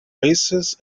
races